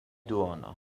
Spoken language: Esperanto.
duono